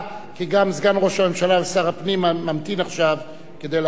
כי גם סגן ראש הממשלה ושר הפנים ממתין עכשיו כדי לענות לך.